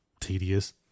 tedious